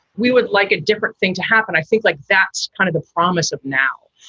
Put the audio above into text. we would like a different thing to happen. i think like that's kind of the promise of now,